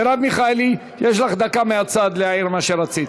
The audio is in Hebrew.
מרב מיכאלי, יש לך דקה מהצד להעיר מה שרצית.